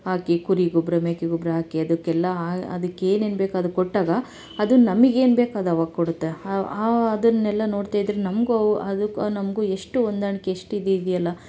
ಹಾಕಿ ಕುರಿ ಗೊಬ್ಬರ ಮೇಕೆ ಗೊಬ್ಬರ ಹಾಕಿ ಅದಕ್ಕೆಲ್ಲ ಅದಕ್ಕೆ ಏನೇನು ಬೇಕೋ ಅದು ಕೊಟ್ಟಾಗ ಅದು ನಮಗ್ ಏನು ಬೇಕೋ ಅದು ಅವಾಗ ಕೊಡುತ್ತೆ ಅದನ್ನೆಲ್ಲ ನೋಡ್ತಾ ಇದ್ರೆ ನಮಗೂ ಅದಕ್ಕೂ ನಮಗೂ ಎಷ್ಟು ಹೊಂದಾಣ್ಕೆ ಎಷ್ಟು ಇದಿದೆಯಲ್ಲ